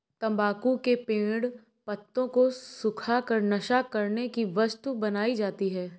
तम्बाकू के पेड़ पत्तों को सुखा कर नशा करने की वस्तु बनाई जाती है